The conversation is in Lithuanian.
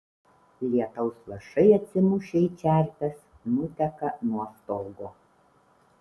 lietaus lašai atsimušę į čerpes nuteka nuo stogo